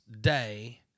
Day